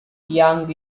yang